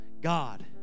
God